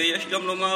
ויש גם לומר,